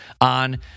on